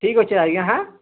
ଠିକ୍ ଅଛେ ଆଜ୍ଞା ହାଏଁ